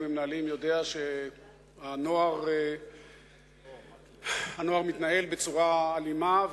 ומנהלים יודע שהנוער מתנהל בצורה אלימה,